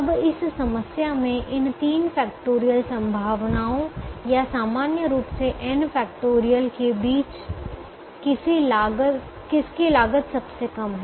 अब इस समस्या में इन तीन फैक्टोरियल संभावनाओं या सामान्य रूप से n फैक्टोरियल के बीच किसकी लागत सबसे कम है